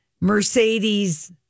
Mercedes